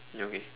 okay